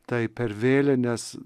tai per vėlines